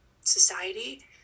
society